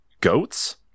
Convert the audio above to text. goats